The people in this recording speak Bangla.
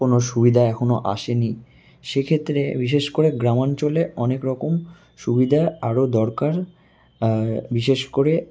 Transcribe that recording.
কোনও সুবিধা এখনও আসে নি সেক্ষেত্রে বিশেষ করে গ্রাম অঞ্চলে অনেক রকম সুবিধা আরও দরকার বিশেষ করে